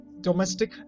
domestic